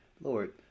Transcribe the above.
Lord